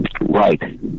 Right